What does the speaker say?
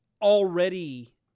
already